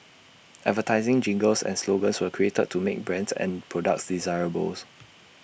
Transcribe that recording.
advertising jingles and slogans were created to make brands and products desirables